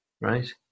right